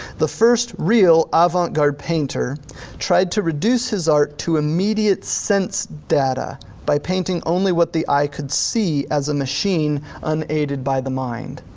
the first real avant-garde painter tried to reduce his art to immediate sense data by painting only what the eye could see as a machine unaided by the mind.